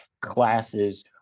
classes